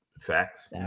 facts